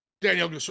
Daniel